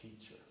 teacher